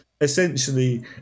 essentially